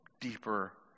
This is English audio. deeper